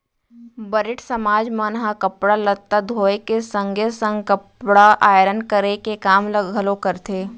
बरेठ समाज मन ह कपड़ा लत्ता धोए के संगे संग कपड़ा आयरन करे के काम ल घलोक करथे